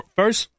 first